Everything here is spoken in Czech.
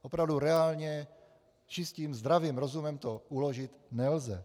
Opravdu reálně čistým zdravým rozumem to uložit nelze.